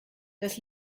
das